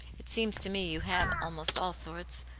it seems to me you have almost all sorts.